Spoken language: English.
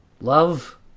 Love